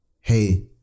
hey